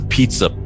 Pizza